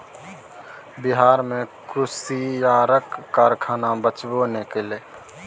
बिहार मे कुसियारक कारखाना बचबे नै करलै